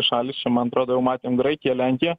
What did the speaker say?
šalys čia man atrodo jau matėm graikiją lenkiją